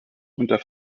unter